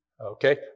okay